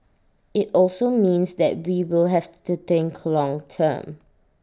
IT also means that we will have to think long term